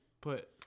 put